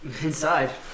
Inside